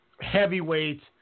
heavyweight